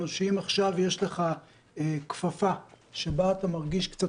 החיים לימדו אותנו שאם עכשיו יש לך כפפה שבה אתה מרגיש קצת